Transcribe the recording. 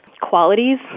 qualities